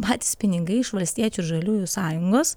patys pinigai iš valstiečių ir žaliųjų sąjungos